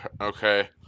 okay